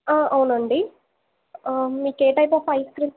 అవునండి మీకు ఏ టైప్ ఆఫ్ ఐస్ క్రీమ్స్